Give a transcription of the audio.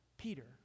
Peter